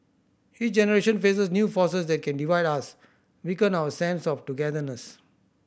each generation faces new forces that can divide us weaken our sense of togetherness